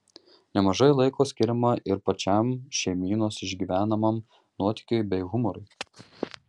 nemažai laiko skiriama ir pačiam šeimynos išgyvenamam nuotykiui bei humorui